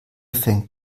fängt